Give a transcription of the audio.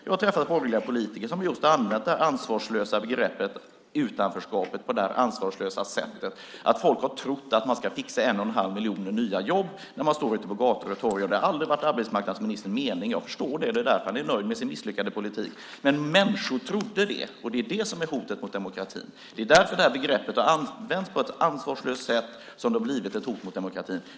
Jag har träffat borgerliga politiker som har använt begreppet utanförskap på detta ansvarslösa sätt. Folk på gator och torg har trott att man ska fixa en och en halv miljon nya jobb. Jag förstår att det aldrig har varit arbetsmarknadsministerns mening. Det är därför han är nöjd med sin misslyckade politik. Men människor trodde det, och det är det som är hotet mot demokratin. Det är därför att begreppet har använts på ett ansvarslöst sätt som det har blivit ett hot mot demokratin.